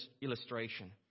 illustration